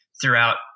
throughout